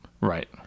Right